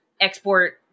export